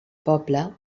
poble